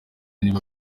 niba